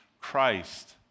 Christ